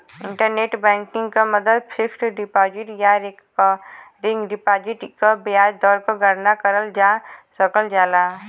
internet banking क मदद fixed deposit या रेकरिंग डिपाजिट क ब्याज दर क गणना करल जा सकल जाला